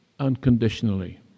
unconditionally